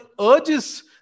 urges